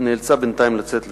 נאלצה בינתיים לצאת לאירוע.